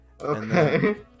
Okay